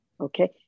Okay